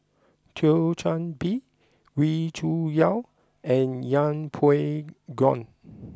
Thio Chan Bee Wee Cho Yaw and Yeng Pway Ngon